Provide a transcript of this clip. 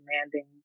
demanding